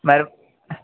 మరి